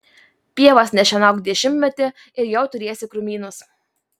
pievos nešienauk dešimtmetį ir jau turėsi krūmynus